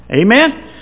Amen